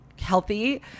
healthy